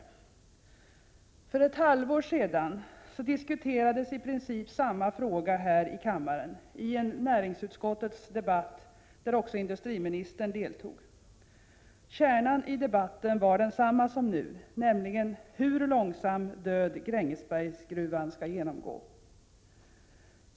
17 december 1987 För ett halvår sedan diskuterades i princip samma fråga här ikammaren i en näringsutskottets debatt, där också industriministern deltog. Kärnan i debatten var densamma som nu, nämligen hur långsam död Grängesbergsgruvan skall genomgå.